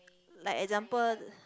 like example